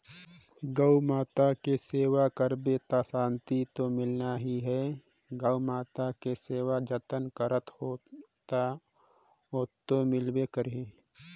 गउ माता के सेवा करबे त सांति तो मिलना ही है, गउ माता के सेवा जतन करत हो त ओतो मिलबे करही